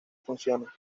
funciona